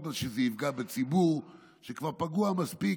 מאשר זה יפגע בציבור שכבר פגוע מספיק,